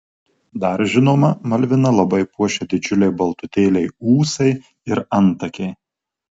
dar žinoma malviną labai puošia didžiuliai baltutėliai ūsai ir antakiai